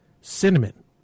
cinnamon